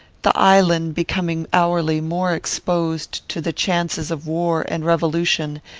the island becoming hourly more exposed to the chances of war and revolution,